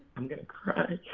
i'm gonna cry.